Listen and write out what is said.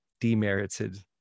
demerited